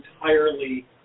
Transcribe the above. entirely